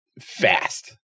fast